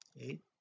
Eight